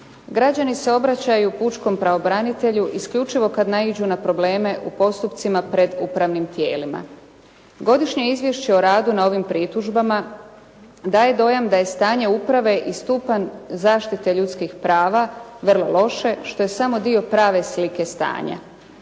Građani se obraćaju pučkom pravobranitelju isključivo kada naiđu na probleme u postupcima pred upravnim tijelima. Godišnje izvješće o radu na ovim pritužbama daje dojam da je stanje uprave i stupanj zaštite ljudskih prava vrlo loše što je samo dio prave slike stanja.